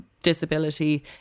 disability